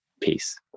peace